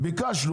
ביקשנו,